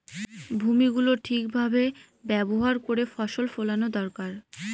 ভূমি গুলো ঠিক ভাবে ব্যবহার করে ফসল ফোলানো দরকার